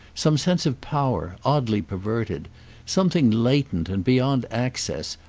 some sense of power, oddly perverted something latent and beyond access,